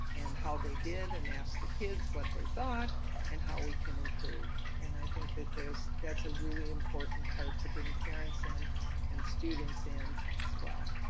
how they did and ask the kids what they thought and how we can improve. and i think that there's that's a really important part to bring parents in and students in as well,